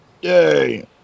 Yay